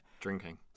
Drinking